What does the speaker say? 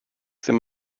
ddim